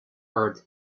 heard